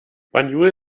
banjul